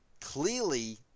clearly